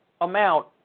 amount